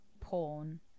porn